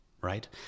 Right